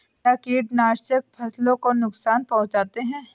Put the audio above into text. क्या कीटनाशक फसलों को नुकसान पहुँचाते हैं?